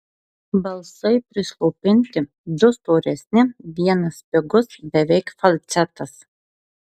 balsai prislopinti du storesni vienas spigus beveik falcetas